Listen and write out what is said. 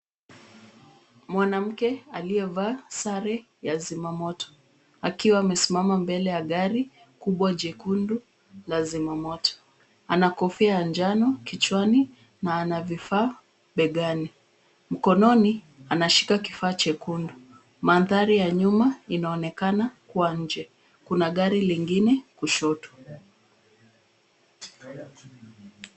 Mwanamke aliyevaa sare ya zimamoto, akiwa amesimama mbele ya gari kubwa jekundu la zimamoto. Ana kofia ya njano kichwani na ana vifaa begani. Mkononi, anashika kifaa chekundu. Mandhari ya nyuma inaonekana kuwa nje. Kuna gari lingine kushoto.